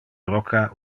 rocca